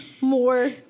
more